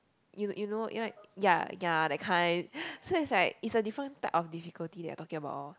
you you know right ya ya that kind so it's like is a different type of difficulty that we are talking about lor